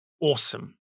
awesome